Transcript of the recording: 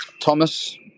Thomas